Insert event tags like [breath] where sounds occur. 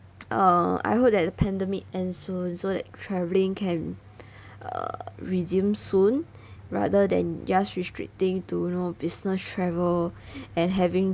err I hope that the pandemic end soon so that travelling can [breath] uh resume soon rather than just restricting to know business travel [breath] and having